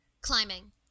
climbing